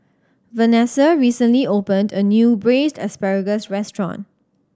Venessa recently opened a new Braised Asparagus restaurant